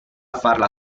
farla